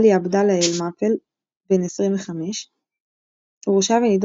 עלי עבדאללה אל-מאפל בן 25 הורשע ונידון